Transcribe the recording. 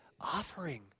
offering